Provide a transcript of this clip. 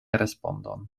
respondon